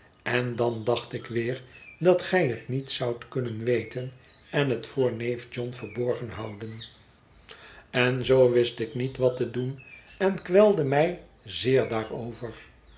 en dan dacht ik weer dat gij het niet zoudt kunnen weten en het voor neef john verborgen houden en zoo wist zij zijn getrouwd ik niet wat te doen en kwelde mij zeer daarover